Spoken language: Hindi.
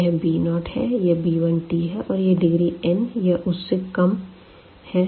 तो यह b0है यह b1t है और यह डिग्री n या उससे काम है